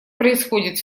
происходит